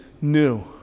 new